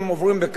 כן או לא.